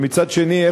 ומצד שני,